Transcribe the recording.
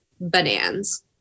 bananas